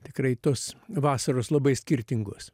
tikrai tos vasaros labai skirtingos